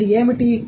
ఇది ఏమిటి